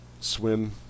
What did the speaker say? swim